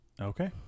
Okay